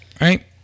right